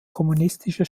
kommunistische